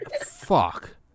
Fuck